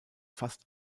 fast